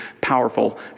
powerful